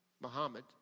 Muhammad